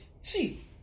see